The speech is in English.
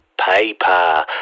Paper